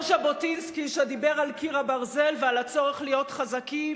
אותו ז'בוטינסקי שדיבר על קיר הברזל ועל הצורך להיות חזקים,